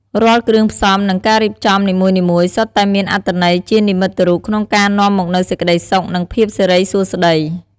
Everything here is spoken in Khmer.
រាល់គ្រឿងផ្សំ និងការរៀបចំនីមួយៗសុទ្ធតែមានអត្ថន័យជានិមិត្តរូបក្នុងការនាំមកនូវសេចក្តីសុខ និងភាពសិរីសួស្តី។